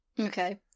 Okay